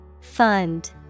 Fund